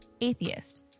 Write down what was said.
atheist